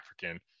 African